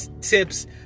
tips